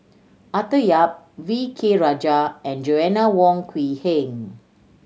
Arthur Yap V K Rajah and Joanna Wong Quee Heng